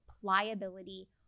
pliability